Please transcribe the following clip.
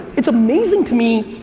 it's amazing to me.